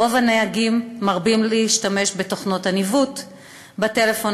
רוב הנהגים מרבים להשתמש בתוכנות הניווט בטלפון